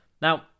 Now